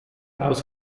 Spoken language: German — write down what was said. aus